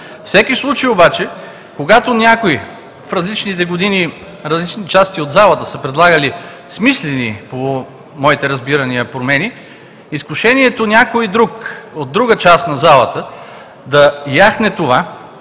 всеки случай обаче, когато някои в различните години от различни части от залата са предлагали смислени по моите разбирания промени, изкушението някой друг от друга част на залата да яхне това